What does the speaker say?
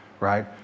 right